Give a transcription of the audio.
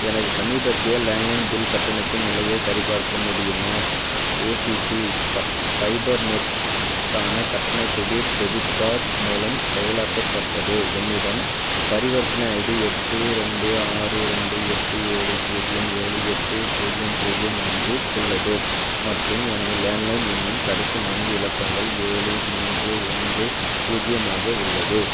எனது சமீபத்திய landline bill கட்டணத்தின் நிலையைச் சரிபார்க்க முடியுமா ஏசிடி ஃபை ஃபைபர்நெட்க்கான கட்டணம் க்ரெடிட் டெபிட் கார்ட் மூலம் செயலாக்கப்பட்டது என்னிடம் பரிவர்த்தனை ஐடி எட்டு ரெண்டு ஆறு ரெண்டு எட்டு ஏழு பூஜ்ஜியம் ஏழு எட்டு பூஜ்ஜியம் பூஜ்ஜியம் ஒன்று உள்ளது மற்றும் எனது லேண்ட்லைன் எண்ணின் கடைசி நான்கு இலக்கங்கள் ஏழு மூன்று ஒன்று பூஜ்ஜியம் ஆக உள்ளது